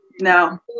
no